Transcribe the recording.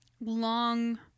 long